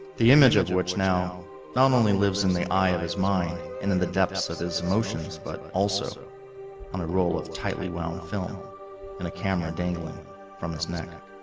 the image of which now not only lives in the eye of and his mind and in the depths of his emotions but also on a roll of tightly-wound film in a camera dangling from his neck